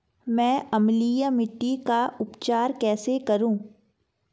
मैं अम्लीय मिट्टी का उपचार कैसे करूं?